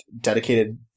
dedicated